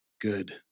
Good